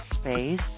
space